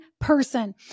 person